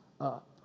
up